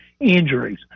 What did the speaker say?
injuries